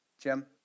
Jim